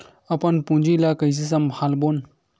अपन पूंजी ला कइसे संभालबोन?